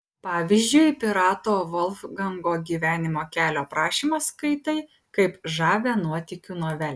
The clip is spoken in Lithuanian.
pavyzdžiui pirato volfgango gyvenimo kelio aprašymą skaitai kaip žavią nuotykių novelę